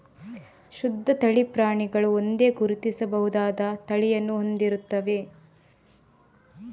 ಶುದ್ಧ ತಳಿ ಪ್ರಾಣಿಗಳು ಒಂದೇ, ಗುರುತಿಸಬಹುದಾದ ತಳಿಯನ್ನು ಹೊಂದಿರುತ್ತವೆ